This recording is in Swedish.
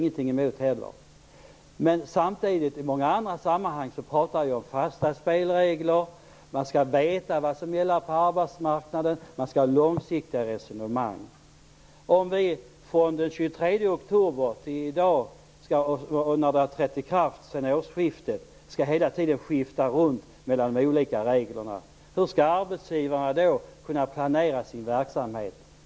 Det har inte heller vi något emot. Men i många andra sammanhang pratar vi om fasta spelregler. Man skall veta vad som gäller på arbetsmarknaden. Man skall ha långsiktiga resonemang. Om vi från den 23 oktober fram till i dag, sedan det har trätt i kraft vid årsskiftet, hela tiden skall skifta runt mellan olika regler, hur skall arbetsgivarna då kunna planera sin verksamhet?